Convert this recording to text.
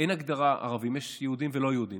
אין הגדרה "ערבים" יש "יהודים" ו"לא יהודים".